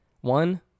one